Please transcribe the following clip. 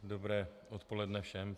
Dobré odpoledne všem.